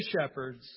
shepherds